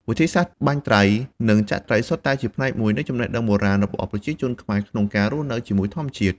ទាំងវិធីសាស្ត្របាញ់ត្រី និងចាក់ត្រីសុទ្ធតែជាផ្នែកមួយនៃចំណេះដឹងបុរាណរបស់ប្រជាជនខ្មែរក្នុងការរស់នៅជាមួយធម្មជាតិ។